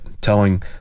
telling